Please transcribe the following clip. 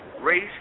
Race